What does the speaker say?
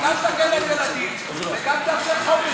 היא גם תגן על ילדים וגם תאפשר חופש